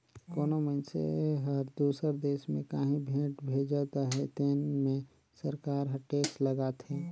कोनो मइनसे हर दूसर देस में काहीं भेंट भेजत अहे तेन में सरकार हर टेक्स लगाथे